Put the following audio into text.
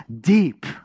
deep